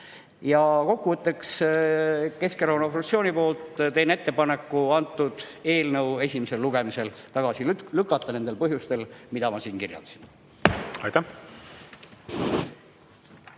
Ja kokkuvõtteks, Keskerakonna fraktsiooni poolt teen ettepaneku antud eelnõu esimesel lugemisel tagasi lükata nendel põhjustel, mida ma siin kirjeldasin. Aitäh!